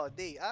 day